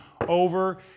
over